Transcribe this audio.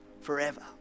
forever